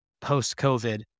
post-COVID